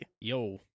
Yo